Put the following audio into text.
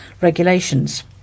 Regulations